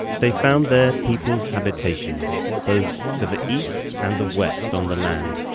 they found their people's habitations both to the east and the west on the land.